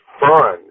fun